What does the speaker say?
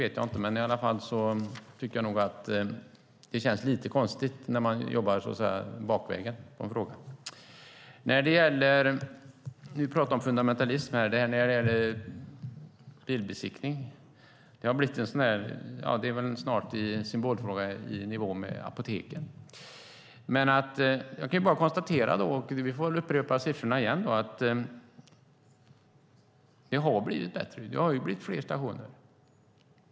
Men jag tycker nog i alla fall att det känns lite konstigt när man jobbar, så att säga, bakvägen i en fråga. Siv Holma pratar om fundamentalism när det gäller bilbesiktning. Det är väl snart en symbolfråga i nivå med apoteken. Jag kan bara konstatera - jag får väl upprepa siffrorna - att det har blivit bättre. Det har blivit fler stationer.